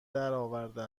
درآورده